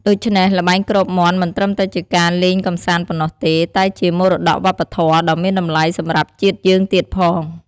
ដូច្នេះ ល្បែងគ្របមាន់មិនត្រឹមតែជាការលេងកម្សាន្តប៉ុណ្ណោះទេ តែជាមរតកវប្បធម៌ ដ៏មានតម្លៃសម្រាប់ជាតិយើងទៀតផង។